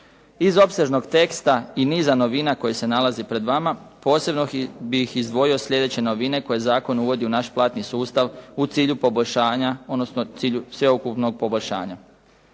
Iz opsežnog teksta i niz novina koje se nalaze pred vama, posebno bih izdvojio slijedeće novine koje zakon uvodi u naš platni sustav u cilju poboljšanja, odnosno u cilju sveobuhvatnog poboljšanja.